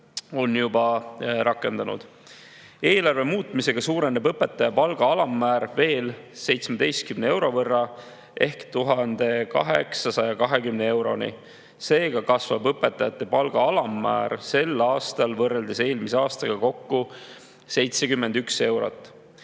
Eelarve muutmisega suureneb õpetaja palga alammäär veel 17 euro võrra ehk 1820 euroni. Seega kasvab õpetaja palga alammäär sel aastal võrreldes eelmise aastaga kokku 71 euro